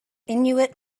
inuit